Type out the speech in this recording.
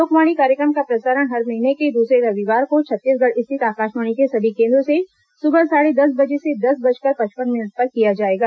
लोक वाणी कार्यक्रम का प्रसारण हर महीने के दूसरे रविवार को छत्तीसगढ़ स्थित आकाशवाणी के सभी केन्द्रों से सुबह साढ़े दस बजे से दस बजकर पचपन मिनट पर किया जाएगा